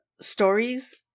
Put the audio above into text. stories